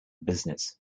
business